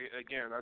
again